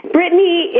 Brittany